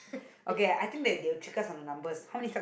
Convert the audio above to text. okay I think that they will check us on the numbers how many